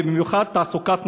ובמיוחד תעסוקת נשים?